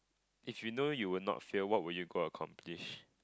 if you know you will not fail what will you go accomplish